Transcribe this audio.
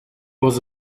was